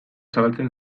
zabaltzen